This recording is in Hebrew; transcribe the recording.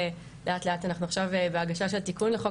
לאט-לאט אנחנו עכשיו בהגשה של תיקון לחוק